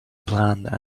planned